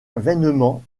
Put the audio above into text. vainement